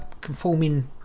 conforming